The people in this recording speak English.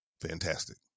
Fantastic